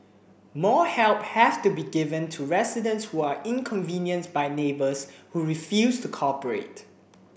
more help have to be given to residents who are inconvenienced by neighbours who refuse to cooperate